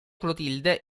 clotilde